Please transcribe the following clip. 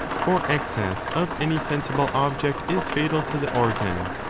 for excess of any sensible object is fatal to the organ,